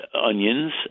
onions